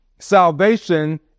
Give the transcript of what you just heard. Salvation